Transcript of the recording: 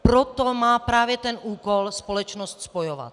Proto má právě ten úkol společnost spojovat.